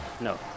No